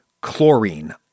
chlorine